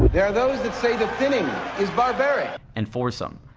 there are those who say the thinning is barbaric. and foursome.